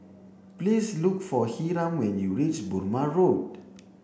please look for Hiram when you reach Burmah Road